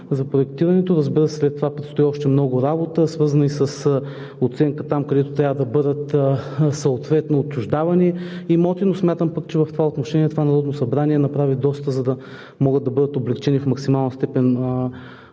за проектирането. Разбира се, след това предстои още много работа, свързана и с оценката там, където трябва да бъдат съответно отчуждавани имоти. Но смятам, че в това отношение Народното събрание направи доста, за да могат да бъдат облекчени в максимална степен